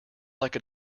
like